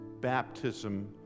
baptism